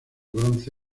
bronce